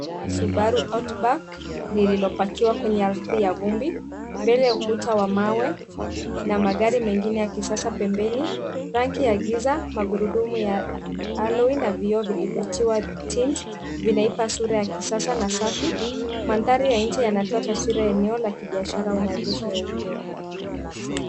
Gari la Subaru outback lililopakwa kwenye ardhi ya vumbi . Mbele, ukuta wa mawe na magari mengine ya kisasa pempeni rangi ya Giza Magurudumu ya alloy na vioo vilivyotiwa tint vinampa sura ya kisasa na safi. Mandhari ya nje yanatoa taswira ya eneo la kibiashara au maegesho ya umma.